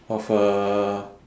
of uh